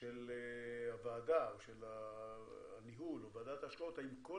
של הוועדה או של הניהול או ועדת ההשקעות,